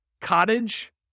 Cottage